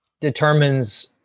determines